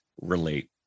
relate